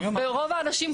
ורוב האנשים,